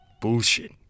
Bullshit